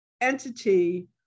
entity